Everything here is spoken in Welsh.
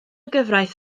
gyfraith